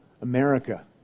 America